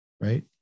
right